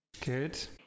Good